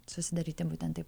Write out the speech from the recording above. susidaryti būtent taip